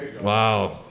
Wow